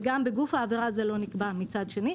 וגם בגוף העבירה זה לא נקבע מצד שני,